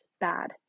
bad